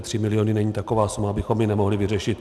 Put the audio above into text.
Tři miliony není taková suma, abychom ji nemohli vyřešit.